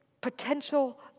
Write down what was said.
potential